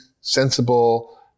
sensible